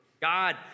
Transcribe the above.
God